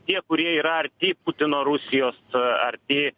tie kurie yra arti putino rusijos arti